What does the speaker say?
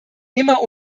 immer